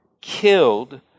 killed